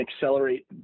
accelerate